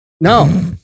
No